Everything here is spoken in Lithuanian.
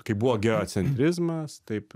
kai buvo geocentrizmas taip